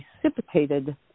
precipitated